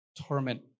torment